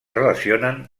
relacionen